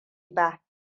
ba